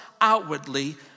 outwardly